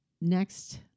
next